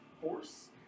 force